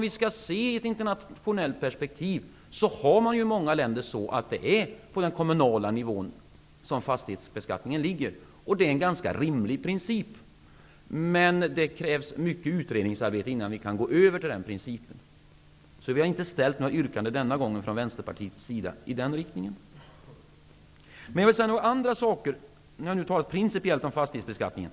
I ett internationellt perspektiv är det på den kommunala nivån som fastighetsbeskattningen ligger i många länder. Det är en ganska rimlig princip. Men det krävs mycket utredningsarbete innan vi kan gå över till den principen. Vänsterpartiet har inte ställt något yrkande i den riktningen den här gången. Nu har jag talat principiellt om fastighetsbeskattningen.